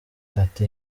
ati